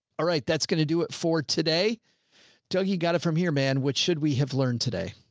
all right. that's going to do it for today till he got it from here, man. which should we have learned today?